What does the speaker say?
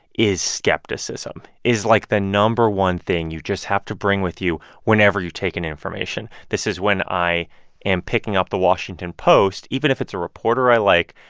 is skepticism is, like, the no. one thing you just have to bring with you whenever you take in information. this is when i am picking up the washington post, even if it's a reporter i like,